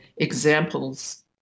examples